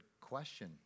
question